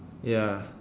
ya